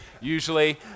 Usually